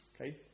Okay